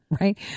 right